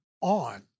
on